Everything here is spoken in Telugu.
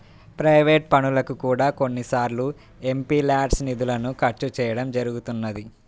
ప్రైవేట్ పనులకు కూడా కొన్నిసార్లు ఎంపీల్యాడ్స్ నిధులను ఖర్చు చేయడం జరుగుతున్నది